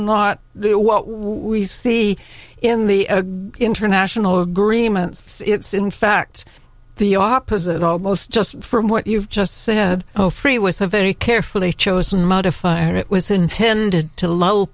not we see in the international agreements it's in fact the opposite almost just from what you've just said oh free was a very carefully chosen modifier it was intended to l